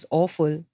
awful